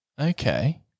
Okay